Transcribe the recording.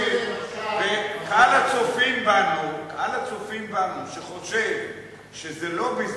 וקהל הצופים בנו שחושב שזה לא בזבוז,